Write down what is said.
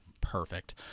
Perfect